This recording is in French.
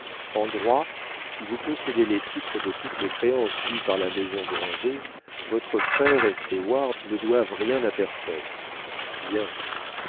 droit si vous possédez les titres de toutes les créances dues par la maison grandet votre frère ou ses hoirs ne doivent rien à personne bien